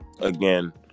again